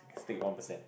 stake one percent